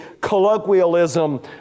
colloquialism